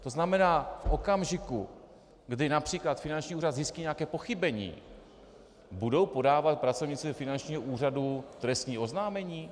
To znamená v okamžiku, kdy např. finanční úřad zjistí nějaké pochybení, budou podávat pracovníci finančního úřadu trestní oznámení?